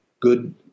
good